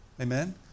Amen